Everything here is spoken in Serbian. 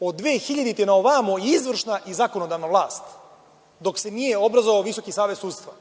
od 2000-te na ovamo izvršna i zakonodavna vlast, dok se nije obrazovao Visoki savet sudstva.